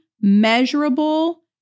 measurable